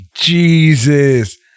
Jesus